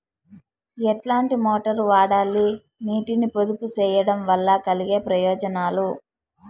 ఎట్లాంటి మోటారు వాడాలి, నీటిని పొదుపు సేయడం వల్ల కలిగే ప్రయోజనాలు?